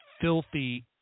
filthy